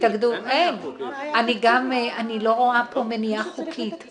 אני לא רואה פה מניעה חוקית.